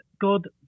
God